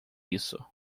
isso